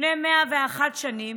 לפני 101 שנים